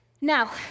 Now